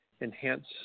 enhance